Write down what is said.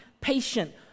patient